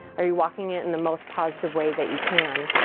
are you walking it in the most positive way that you can.